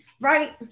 right